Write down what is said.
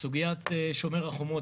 סוגיית שומר החומות.